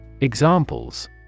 Examples